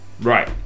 right